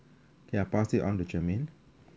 ya pass it on to germaine